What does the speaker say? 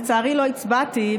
לצערי לא הצבעתי,